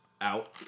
out